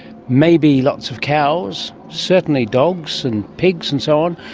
maybe lots of cows, certainly dogs and pigs and so on.